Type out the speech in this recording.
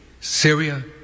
Syria